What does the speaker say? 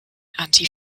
anti